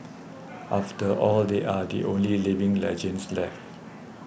after all they are the only living legends left